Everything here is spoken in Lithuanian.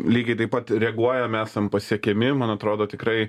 lygiai taip pat reaguojam esam pasiekiami man atrodo tikrai